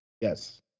Yes